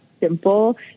simple